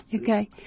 Okay